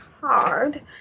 hard